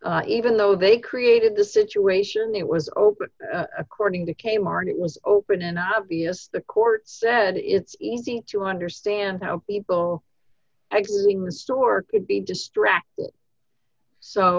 that even though they created the situation it was open according to kmart it was open in obvious the court said it's easy to understand how people actually restore could be distracting so